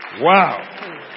wow